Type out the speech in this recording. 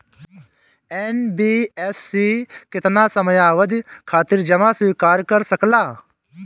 NBFC केतना समयावधि खातिर जमा स्वीकार कर सकला?